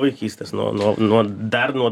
vaikystės nuo nuo nuo dar nuo